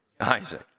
Isaac